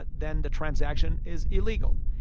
but then the transaction is illegal.